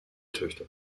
töchter